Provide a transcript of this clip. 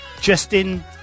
Justin